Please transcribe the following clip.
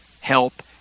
help